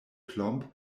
klomp